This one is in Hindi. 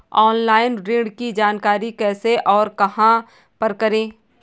ऑनलाइन ऋण की जानकारी कैसे और कहां पर करें?